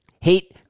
Hate